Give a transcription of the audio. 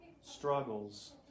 struggles